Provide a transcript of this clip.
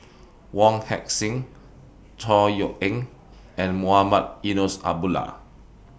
Wong Heck Sing Chor Yeok Eng and Mohamed Eunos Abdullah